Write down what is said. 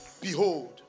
Behold